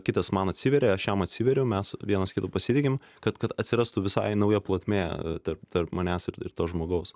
kitas man atsiveria aš jam atsiveriu mes vienas kitu pasitikim kad kad atsirastų visai nauja plotmė tarp tarp manęs ir to žmogaus